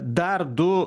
dar du